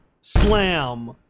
slam